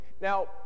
Now